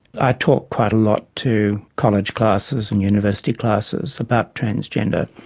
i talk quite a lot to college classes and university classes about transgender,